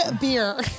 beer